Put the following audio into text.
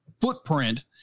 footprint